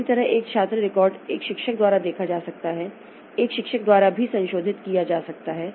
इसी तरह एक छात्र रिकॉर्ड एक शिक्षक द्वारा देखा जा सकता है और एक शिक्षक द्वारा भी संशोधित किया जा सकता है